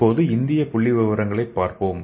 இப்போது இந்திய புள்ளிவிவரங்களைப் பார்ப்போம்